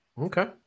okay